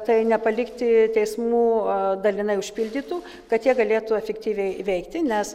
tai nepalikti teismų a dalinai užpildytų kad jie galėtų efektyviai veikti nes